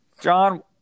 John